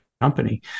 company